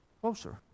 Closer